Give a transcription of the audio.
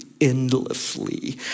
endlessly